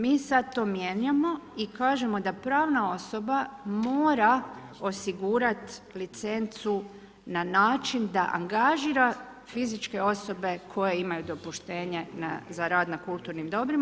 Mi sada to mijenjamo i kažemo da pravna osoba mora osigurati licencu na način da angažira fizičke osobe koje imaju dopuštenje za rad na kulturnim dobrima.